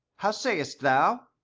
how saiest thou?